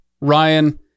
ryan